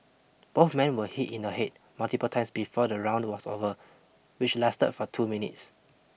both men were hit in the head multiple times before the round was over which lasted for two minutes